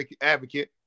Advocate